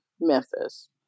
Memphis